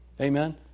Amen